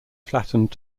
flattened